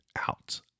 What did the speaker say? out